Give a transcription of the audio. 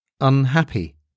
unhappy